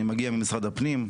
אני מגיע ממשרד הפנים,